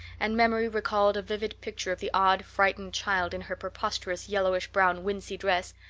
and memory recalled a vivid picture of the odd, frightened child in her preposterous yellowish-brown wincey dress,